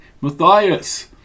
Matthias